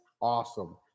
awesome